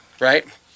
Right